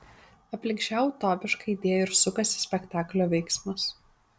aplink šią utopišką idėją ir sukasi spektaklio veiksmas